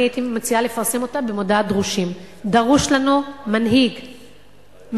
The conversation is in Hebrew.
אני הייתי מציעה לפרסם אותה במודעת "דרושים": דרוש לנו מנהיג מהימן,